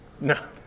No